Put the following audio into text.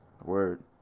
Word